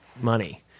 money